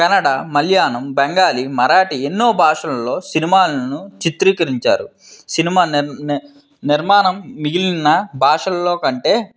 కన్నడ మలయాళం బెంగాలీ మరాఠీ ఎన్నో భాషలలో సినిమాలను చిత్రీకరించారు సినిమా నె ని నిర్మాణం మిగిలిన భాషలలో కంటే